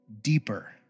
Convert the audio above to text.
deeper